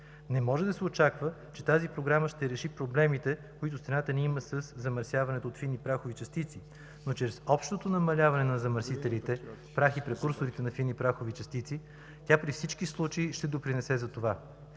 Не може да се очаква, че тази програма ще реши проблемите, които страната ни има със замърсяването от фини прахови частици, но чрез общото намаляване на замърсителите – прах и прекурсорите на фини прахови частици, тя при всички случаи ще допринесе за това.